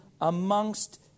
amongst